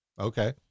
Okay